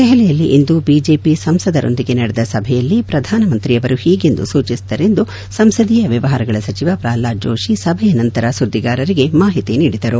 ದೆಹಲಿಯಲ್ಲಿ ಇಂದು ಬಿಜೆಪಿ ಸಂಸದರೊಂದಿಗೆ ನಡೆದ ಸಭೆಯಲ್ಲಿ ಪ್ರಧಾನಿಯವರು ಹೀಗೆಂದು ಸೂಚಿಸಿದರು ಎಂದು ಸಂಸದೀಯ ವ್ಯವಹಾರಗಳ ಸಚಿವ ಪ್ರಹ್ವಾದ್ ಜೋಶಿ ಸಭೆಯ ನಂತರ ಸುದ್ದಿಗಾರರಿಗೆ ಮಾಹಿತಿ ನೀಡಿದರು